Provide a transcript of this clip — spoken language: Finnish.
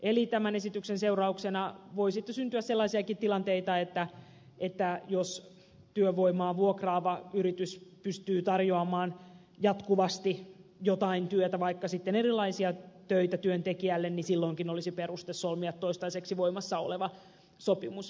eli tämän esityksen seurauksena voi syntyä sellaisiakin tilanteita että jos työvoimaa vuokraava yritys pystyy tarjoamaan jatkuvasti jotain työtä vaikka sitten erilaisia töitä työntekijälle silloinkin olisi peruste solmia toistaiseksi voimassa oleva sopimus